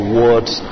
words